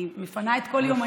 אני מפנה את כל יומני,